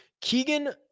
Keegan